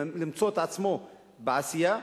למצוא את עצמו בעשייה,